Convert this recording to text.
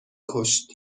کشت